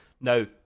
Now